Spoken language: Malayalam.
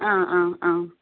ആ ആ ആ